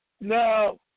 Now